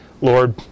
Lord